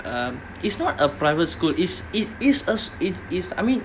um it's not a private school is it is a it is I mean